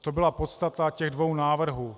To byla podstata těch dvou návrhů.